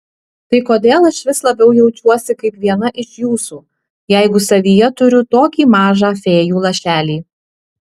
tai kodėl aš vis labiau jaučiuosi kaip viena iš jūsų jeigu savyje turiu tokį mažą fėjų lašelį